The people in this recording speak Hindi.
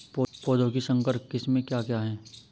पौधों की संकर किस्में क्या क्या हैं?